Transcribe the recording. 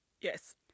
Yes